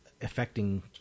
affecting